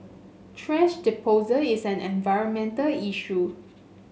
thrash disposal is an environmental issue